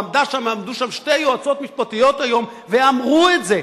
עמדו שם שתי יועצות משפטיות היום ואמרו את זה.